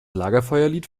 lagerfeuerlied